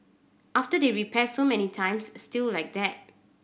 after they repair so many times still like that